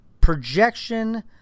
projection